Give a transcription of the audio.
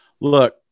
look